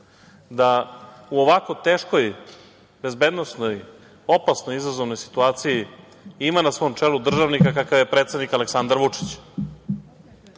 da u ovako teškoj bezbednosnoj, opasno izazovnoj situaciji ima na svom čelu državnika kakav je predsednik Aleksandar Vučić.